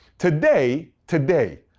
today, today,